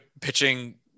pitching